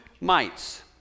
mites